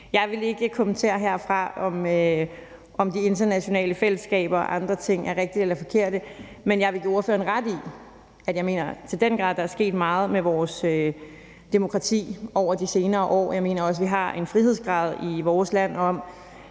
Jeg vil ikke kommentere herfra, om de internationale fællesskaber og andre ting er rigtige eller forkerte, men jeg vil give ordføreren ret i, at jeg i den grad mener, at der er sket meget med vores demokrati over de senere år. Jeg mener også, at vi har en frihedsgrad i vores land,